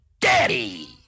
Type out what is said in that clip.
Daddy